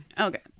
okay